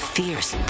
fierce